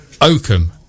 oakham